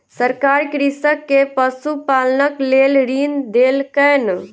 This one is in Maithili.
सरकार कृषक के पशुपालनक लेल ऋण देलकैन